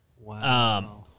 Wow